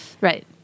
Right